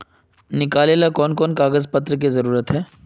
निकाले ला कोन कोन कागज पत्र की जरूरत है?